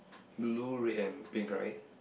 blue red and pink right